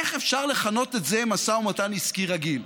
איך אפשר לכנות את זה משא ומתן עסקי רגיל?